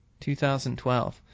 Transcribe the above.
2012